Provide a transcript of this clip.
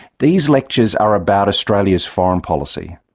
these lectures are about australia's foreign policy.